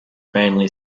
mainly